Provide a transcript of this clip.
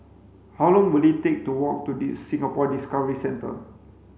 how long will it take to walk to the Singapore Discovery Centre